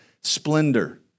splendor